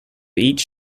each